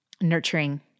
nurturing